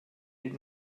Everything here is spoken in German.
die